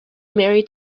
married